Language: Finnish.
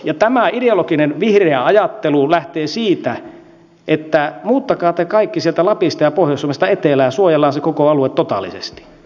ja tämä ideologinen vihreä ajattelu lähtee siitä että muuttakaa te kaikki sieltä lapista ja pohjois suomesta etelään ja suojellaan se koko alue totaalisesti